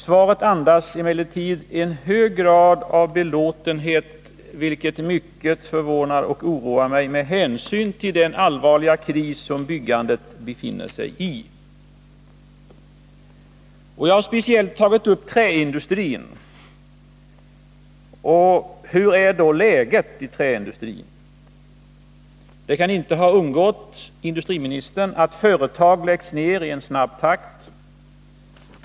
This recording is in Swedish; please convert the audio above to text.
Svaret andas emellertid i hög grad belåtenhet, vilket mycket förvånar och oroar mig med hänsyn till den allvarliga kris som byggandet befinner sig i. Jag har speciellt tagit upp träindustrin. Hur är då läget där? Det kan inte ha undgått industriministern att företag läggs ner i snabb takt.